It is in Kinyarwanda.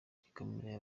gikomereye